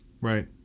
Right